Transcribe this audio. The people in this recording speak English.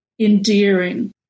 endearing